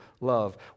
love